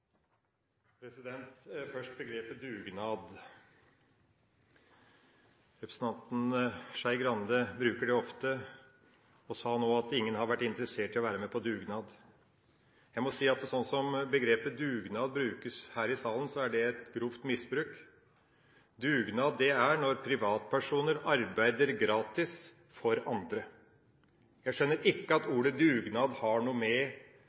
Først til begrepet «dugnad»: Representanten Skei Grande bruker det ofte, og sa nå at ingen har vært interessert i å være med på dugnad. Jeg må si at sånn som begrepet «dugnad» brukes her i salen, er det et grovt misbruk. Dugnad er når privatpersoner arbeider gratis for andre. Jeg skjønner ikke at ordet «dugnad» har noe å gjøre med